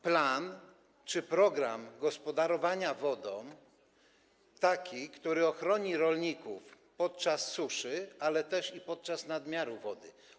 plan czy program gospodarowania wodami taki, który ochroni rolników podczas suszy, ale też i podczas występowania nadmiaru wody?